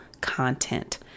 content